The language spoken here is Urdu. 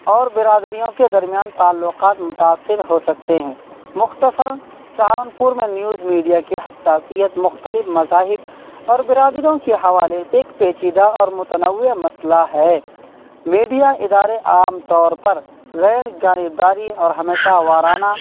اور برادریوں کے درمیان تعلقات متاثر ہو سکتے ہیں مختصراً سہارنپور میں نیوز میڈیا کی حساسیت مختلف مذاہب اور برادریوں کی حوالے سے ایک پیچیدہ اور متنوع مسئلہ ہے میڈیا ادارے عام طور پر غیر جانب داری اور ہمیشہ وارانہ